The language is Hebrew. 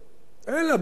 אלא בתמורה,